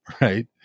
right